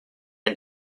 and